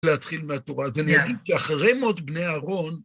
להתחיל מהתורה, אז אני אגיד שאחרי מות בני אהרון